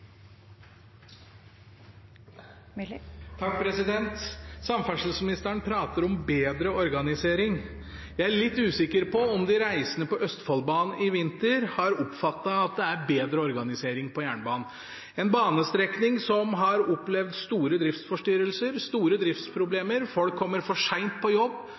litt usikker på om de reisende på Østfoldbanen i vinter har oppfattet at det er bedre organisering av jernbanen. Det er en banestrekning som har opplevd store driftsforstyrrelser og -problemer, folk kommer for sent på jobb,